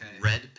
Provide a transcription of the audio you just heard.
red